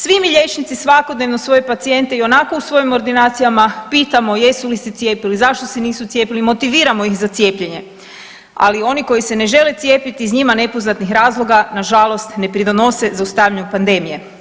Svi mi liječnici svakodnevno svoje pacijente i onako u svojim ordinacijama pitamo jesu li se cijepili, zašto se nisu cijepili, motiviramo ih za cijepljenje, ali oni koji se ne žele cijepiti iz njima nepoznatih razloga, nažalost ne pridonose zaustavljanju epidemije.